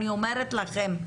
אני אומרת לכם,